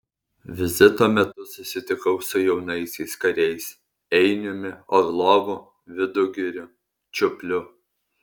vizito metu susitikau su jaunaisiais kariais einiumi orlovu vidugiriu čiupliu